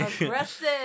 aggressive